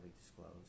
disclosed